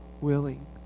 willing